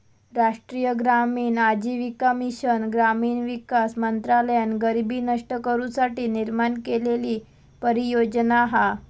राष्ट्रीय ग्रामीण आजीविका मिशन ग्रामीण विकास मंत्रालयान गरीबी नष्ट करू साठी निर्माण केलेली परियोजना हा